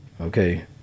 okay